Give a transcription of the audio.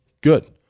good